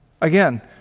Again